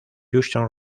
houston